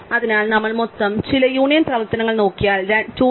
അതിനാൽ നമ്മൾ മൊത്തം ചില യൂണിയൻ പ്രവർത്തനങ്ങൾ നോക്കിയാൽ 2 m